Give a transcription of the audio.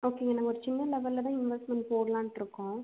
okay நாங்கள் ஒரு சின்ன லெவலில் தான் இன்வெஸ்ட்மென்ட் போடலான்ட்டு இருக்கோம்